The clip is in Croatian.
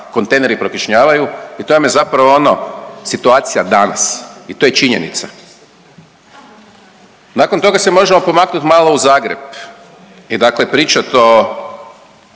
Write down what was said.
kontejneri prokišnjavaju i to vam je zapravo ono situacija danas. I to je činjenica. Nakon toga se možemo pomaknuti malo u Zagreb i dakle pričat